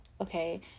okay